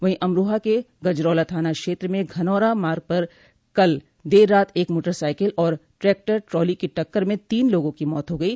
वहीं अमरोहा के गजरौला थाना क्षेत्र में धनौरा मार्ग पर कल देर रात एक मोटरसाइकिल और ट्रैक्टर ट्राली की टक्कर में तीन लोगों की मौत हो गयी